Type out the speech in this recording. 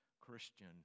christian